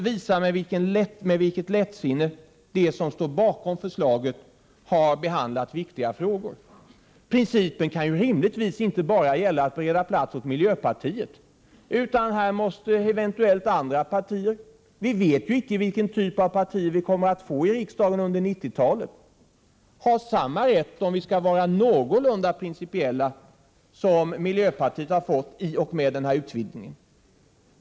Detta visar med vilket lättsinne de som står bakom förslaget har behandlat viktiga frågor. Principen kan ju rimligtvis inte bara gälla att bereda plats åt miljöpartiet. Även eventuella andra partier — vi vet ju icke vilken typ av partier vi kommer att få i riksdagen under 90-talet — måste ha samma rätt som miljöpartiet kommer att få i och med denna utvidgning, om vi skall vara någorlunda principiella.